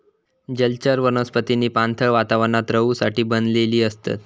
जलचर वनस्पतींनी पाणथळ वातावरणात रहूसाठी बनलेली असतत